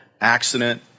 accident